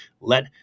Let